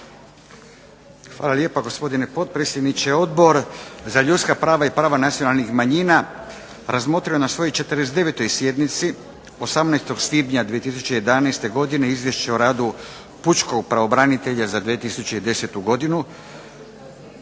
Hvala lijepa gospodine potpredsjedniče. Odbor za ljudska prava i prava nacionalnih manjina razmotrio je na svojoj 49. sjednici 18. svibnja 2011. godine Izvješće o radu pučkog pravobranitelja za 2010. godinu